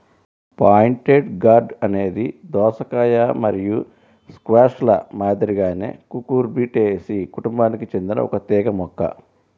pointed gourd అనేది దోసకాయ మరియు స్క్వాష్ల మాదిరిగానే కుకుర్బిటేసి కుటుంబానికి చెందిన ఒక తీగ మొక్క